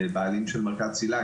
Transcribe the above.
בעלים של מרכז צלילה,